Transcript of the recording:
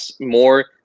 more –